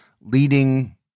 leading